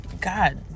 God